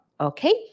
okay